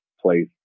place